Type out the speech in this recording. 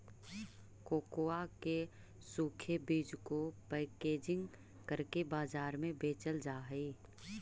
cocoa के सूखे बीज को पैकेजिंग करके बाजार में बेचल जा हई